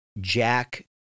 Jack